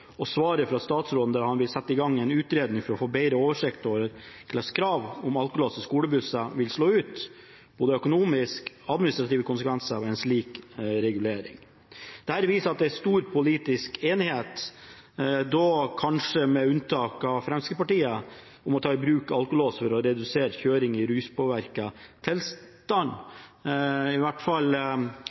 og svaret fra statsråden, der han skriver at han vil sette i gang en utredning for å få bedre oversikt over hvordan et krav om alkolås i skolebusser vil slå ut, både økonomiske og administrative konsekvenser ved en slik regulering. Dette viser at det er stor politisk enighet – dog kanskje med unntak av Fremskrittspartiet – om å ta i bruk alkolås for å redusere kjøring i ruspåvirket tilstand, i hvert fall